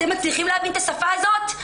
אתם מצליחים להבין את השפה הזאת?